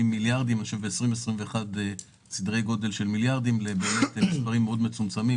מסדרי גודל של מיליארדים ב-2021 למספרים מאוד מצומצמים,